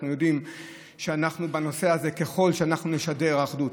אנחנו יודעים שבנושא הזה אנחנו נשדר אחדות,